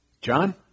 John